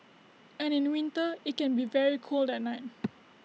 and in winter IT can be very cold at night